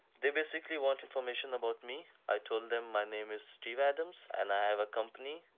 they basically want information about me. i told them my name is steve adams and i have a company.